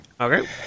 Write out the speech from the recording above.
Okay